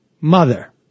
mother